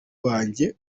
wanjye